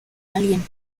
alguien